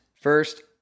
First